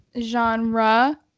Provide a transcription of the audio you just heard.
genre